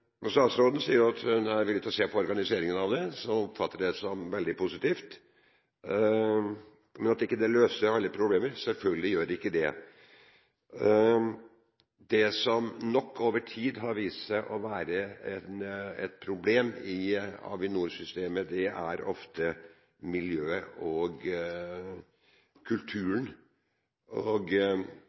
Statsråden sier jo at hun er villig til å se på organiseringen av det, så det oppfatter jeg som veldig positivt. Men det løser ikke alle problemer – selvfølgelig gjør det ikke det. Det som nok over tid har vist seg å være et problem i Avinor-systemet, er ofte miljøet og kulturen.